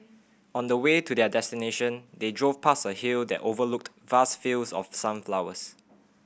on the way to their destination they drove past a hill that overlooked vast fields of sunflowers